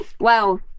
Wow